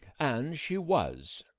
and she was.